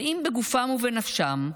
בריאים בגופם ובנפשם,